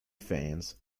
fans